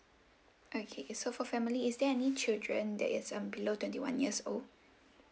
okay so for family is there any children that is um below twenty one years old